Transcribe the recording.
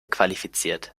qualifiziert